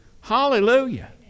Hallelujah